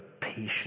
patience